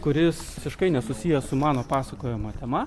kuris visiškai nesusijęs su mano pasakojama tema